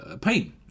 pain